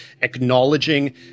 acknowledging